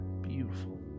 Beautiful